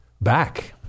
back